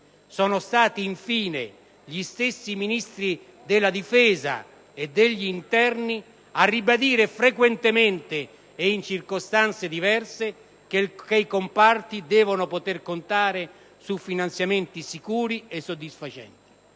Sono stati infine gli stessi Ministri della difesa e dell'interno a ribadire frequentemente, e in circostanze diverse, che i comparti devono poter contare su finanziamenti sicuri soddisfacenti.